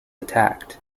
attacked